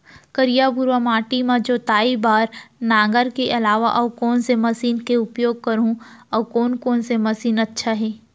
करिया, भुरवा माटी म जोताई बार नांगर के अलावा अऊ कोन से मशीन के उपयोग करहुं अऊ कोन कोन से मशीन अच्छा है?